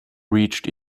reached